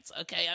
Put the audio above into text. okay